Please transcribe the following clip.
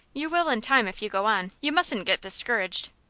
you will in time if you go on. you mustn't get discouraged.